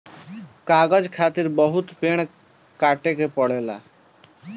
कागज खातिर बहुत पेड़ काटे के पड़ेला